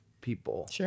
people